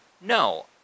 no